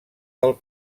del